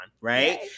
right